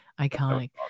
Iconic